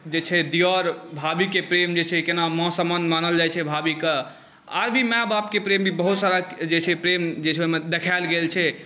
जे छै दिअर भाभीके प्रेम जे छै केना माँ समान मानल जाइत छै भाभीकेँ आर भी माए बापके प्रेम भी बहुत सारा जे छै प्रेम जे छै ओहिमे देखायल गेल छै